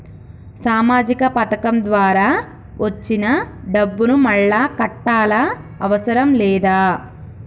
సామాజిక పథకం ద్వారా వచ్చిన డబ్బును మళ్ళా కట్టాలా అవసరం లేదా?